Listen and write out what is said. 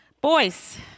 Boys